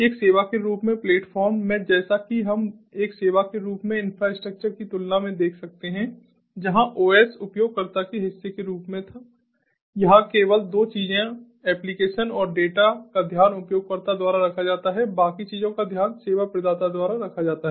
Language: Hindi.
एक सेवा के रूप में प्लेटफ़ॉर्म में जैसा कि हम एक सेवा के रूप में इंफ्रास्ट्रक्चर की तुलना में देख सकते हैं जहां ओएस उपयोगकर्ता के हिस्से के रूप में था यहां केवल 2 चीजों एप्लीकेशन और डेटा का ध्यान उपयोगकर्ता द्वारा रखा जाता है बाकी चीजों का ध्यान सेवा प्रदाता द्वारा रखा जाता है